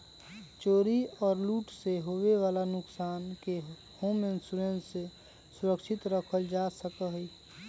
चोरी और लूट से होवे वाला नुकसान के होम इंश्योरेंस से सुरक्षित रखल जा सका हई